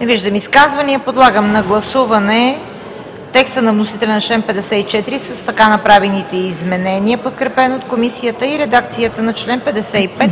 Не виждам. Подлагам на гласуване текста на вносителя на чл. 54 с така направените изменения, подкрепен от Комисията и редакцията на чл. 55